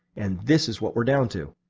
and this is what we are down to.